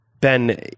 Ben